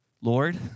Lord